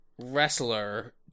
wrestler